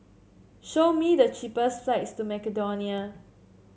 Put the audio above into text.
show me the cheapest flight to Macedonia